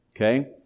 okay